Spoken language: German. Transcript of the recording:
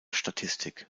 statistik